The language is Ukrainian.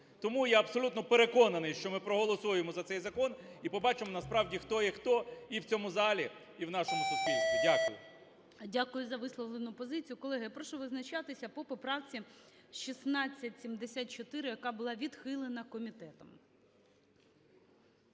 Тому я абсолютно переконаний, що ми проголосуємо за цей закон - і побачимо насправді, хто є хто, і в цьому залі, і в нашому суспільстві. Дякую. ГОЛОВУЮЧИЙ. Дякую за висловлену позицію. Колеги, я прошу визначатися по поправці 1674, яка була відхилена комітетом.